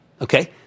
Okay